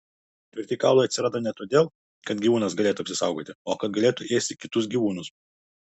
tvirti kaulai atsirado ne todėl kad gyvūnas galėtų apsisaugoti o kad galėtų ėsti kitus gyvūnus